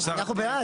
אנחנו בעד.